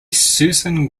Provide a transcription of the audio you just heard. susan